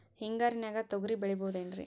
ಹಿಂಗಾರಿನ್ಯಾಗ ತೊಗ್ರಿ ಬೆಳಿಬೊದೇನ್ರೇ?